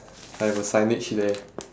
I have a signage there